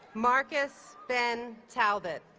marcus ben talbott